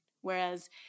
Whereas